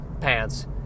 pants